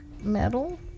metal